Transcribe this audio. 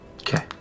Okay